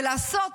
ולעשות